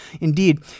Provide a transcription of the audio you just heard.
Indeed